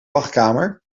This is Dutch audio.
wachtkamer